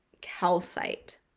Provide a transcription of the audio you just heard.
calcite